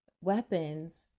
weapons